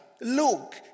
look